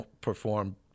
perform